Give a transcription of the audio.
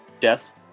death